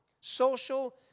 social